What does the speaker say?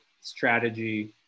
strategy